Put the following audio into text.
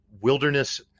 wilderness